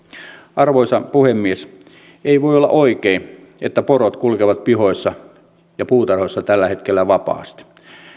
arvoisa puhemies ei voi olla oikein että porot kulkevat pihoissa ja puutarhoissa tällä hetkellä vapaasti